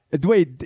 wait